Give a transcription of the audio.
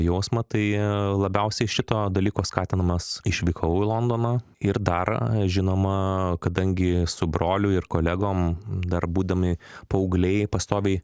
jausmą tai labiausiai šito dalyko skatinamas išvykau į londoną ir dar žinoma kadangi su broliu ir kolegom dar būdami paaugliai pastoviai